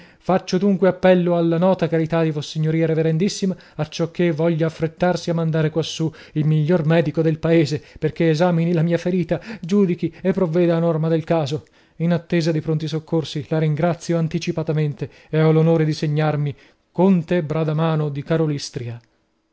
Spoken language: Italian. faccio dunque appello alla nota carità di v s reverendissima acciò voglia affrettarsi a mandare quassù il miglior medico del paese perché esamini la mia ferita giudichi e provveda a norma del caso in attesa di pronti soccorsi la ringrazio anticipatamente ed ho l'onore di segnarmi conte bradamano di